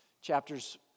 Chapters